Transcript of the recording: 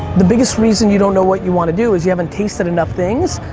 the biggest reason you don't know what you want to do is you haven't tasted enough things,